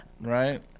Right